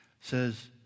says